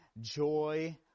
joy